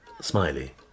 Smiley